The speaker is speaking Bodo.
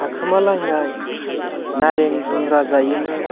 थाखोमालायनाय नारें जुमब्रा जायोमोन